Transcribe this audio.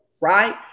right